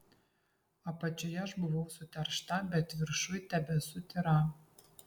apačioje aš buvau suteršta bet viršuj tebesu tyra